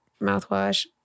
mouthwash